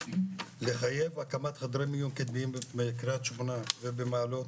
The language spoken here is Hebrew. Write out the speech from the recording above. לחייב הקמת חדרי מיום קדמיים בקרית שמונה ובמעלות